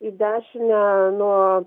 į dešinę nuo